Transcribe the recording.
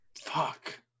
Fuck